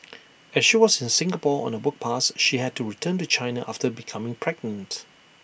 as she was in Singapore on A work pass she had to return to China after becoming pregnant